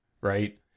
right